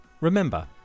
Remember